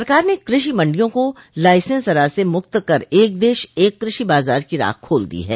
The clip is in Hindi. सरकार ने कृषि मंडियों को लाइसेंसराज से मुक्त कर एक देश एक कृषि बाजार की राह खोल दी है